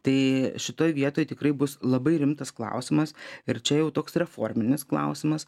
tai šitoj vietoj tikrai bus labai rimtas klausimas ir čia jau toks reforminis klausimas